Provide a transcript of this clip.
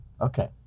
okay